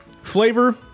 Flavor